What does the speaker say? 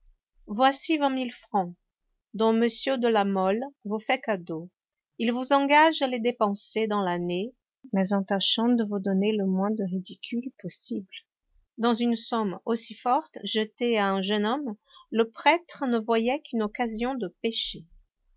voici vingt mille francs dont m de la mole vous fait cadeau il vous engage à les dépenser dans l'année mais en tâchant de vous donner le moins de ridicules possibles dans une somme aussi forte jetée à un jeune homme le prêtre ne voyait qu'une occasion de pécher